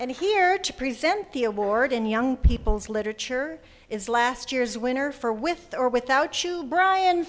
and here to present the award in young people's literature is last year's winner for with or without chu bryan